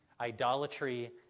idolatry